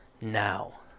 now